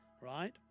right